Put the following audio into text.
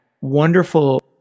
wonderful